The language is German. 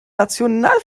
national